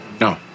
No